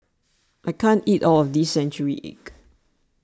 I can't eat all of this Century Egg